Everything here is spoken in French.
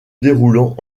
déroulant